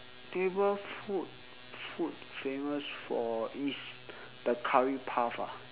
neighbourhood food famous for is the curry puff ah